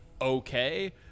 okay